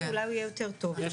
אולי הוא יהיה יותר טוב.